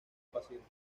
paciente